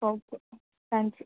okay thank you